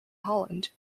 holland